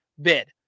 bid